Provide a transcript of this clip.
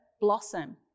blossom